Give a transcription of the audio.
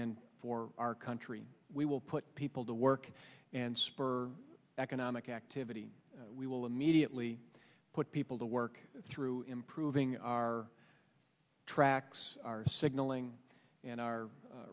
and for our country we will put people to work and spur economic activity we will immediately put people to work through improving our tracks are signaling and our